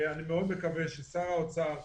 אני מאוד מקווה ששר האוצר,